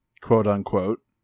quote-unquote